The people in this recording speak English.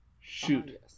shoot